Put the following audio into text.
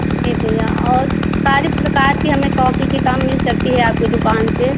जी भैया और सारे प्रकार की हमें कोपी किताब मिल सकती है आपकी दुकान से